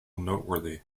noteworthy